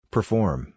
Perform